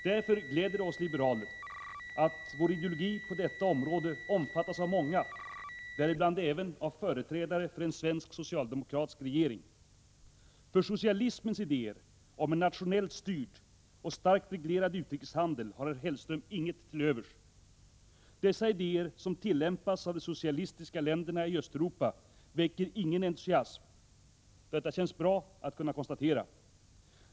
Därför gläder det oss liberaler att vår ideologi på detta område omfattas av många, däribland även av företrädare för en svensk socialdemokratisk regering. För socialismens idéer om en nationellt styrd och starkt reglerad utrikeshandel har herr Hellström inget till övers. Dessa idéer, som tillämpas av de socialistiska länderna i Östeuropa, väcker ingen entusiasm. Detta känns bra att kunna konstatera.